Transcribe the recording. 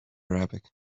arabic